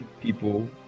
people